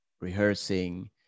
rehearsing